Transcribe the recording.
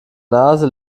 nase